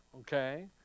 okay